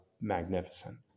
magnificent